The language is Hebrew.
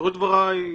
בראש דבריי,